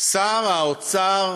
שר האוצר